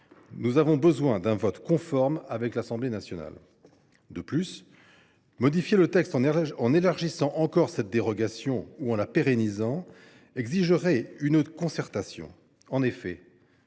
avons ainsi besoin d’un votre conforme à celui émis par l’Assemblée nationale. De plus, modifier le texte en élargissant encore cette dérogation ou en la pérennisant exigerait une concertation. En effet,